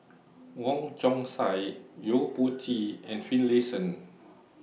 Wong Chong Sai Yo Po Tee and Finlayson